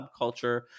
subculture